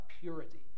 purity